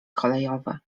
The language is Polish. kolejowe